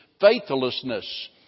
faithlessness